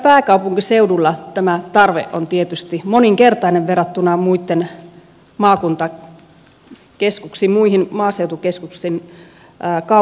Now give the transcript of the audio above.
pääkaupunkiseudulla tämä tarve on tietysti moninkertainen verrattuna muihin maaseutukeskusten kaupunkeihin